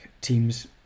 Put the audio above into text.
teams